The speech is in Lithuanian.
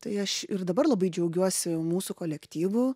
tai aš ir dabar labai džiugiuosi mūsų kolektyvu